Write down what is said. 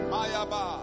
Mayaba